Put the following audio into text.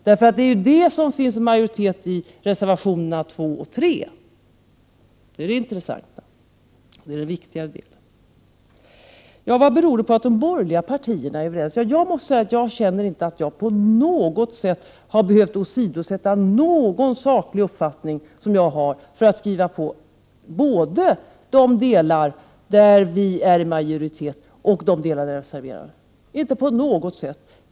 Det är för detta som det finns en majoritet i reservationerna 2 och 3, och det är den intressanta och viktiga delen. Vad beror det på att de borgerliga partierna är överens? Jag känner inte att jag på något sätt har behövt åsidosätta någon saklig uppfattning som jag har för att skriva på både de delar där vi är i majoritet och de delar där vi har reserverat oss.